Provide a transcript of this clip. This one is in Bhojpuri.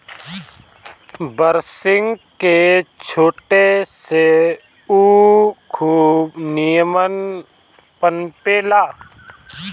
बरसिंग के छाटे से उ खूब निमन पनपे ला